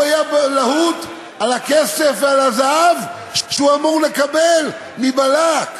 הוא היה להוט על הכסף ועל הזהב שהוא אמור לקבל מבלק.